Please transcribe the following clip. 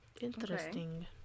Interesting